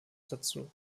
dazu